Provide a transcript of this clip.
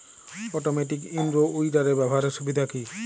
Automatic in row উইডারের ব্যবহারের সুবিধা কি?